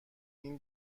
این